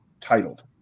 titled